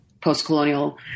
post-colonial